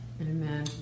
Amen